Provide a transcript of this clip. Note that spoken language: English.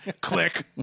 Click